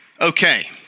okay